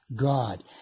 God